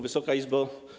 Wysoka Izbo!